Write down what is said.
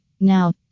now